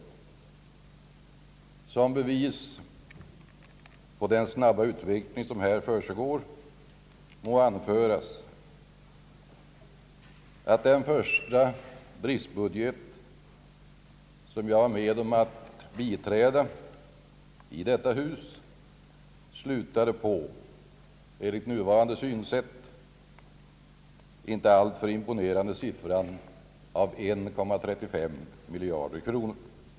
Såsom bevis på den snabba utveckling som här försiggår må anföras att den första driftbudget som jag var med om att biträda i detta hus slutade på den enligt nuvarande synsätt inte alltför imponerande siffran 1,35 miljard kronor.